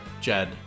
Jed